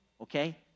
okay